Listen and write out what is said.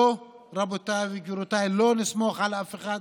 לא, רבותיי וגבירותיי, לא נסמוך על אף אחד.